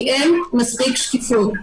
כי אין מספיק שקיפות.